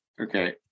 Okay